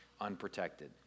unprotected